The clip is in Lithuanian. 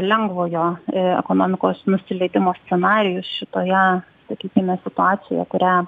lengvojo e ekonomikos nusileidimo scenarijus šitoje sakykime situacijoje kurią